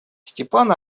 степан